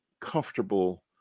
comfortable